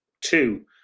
two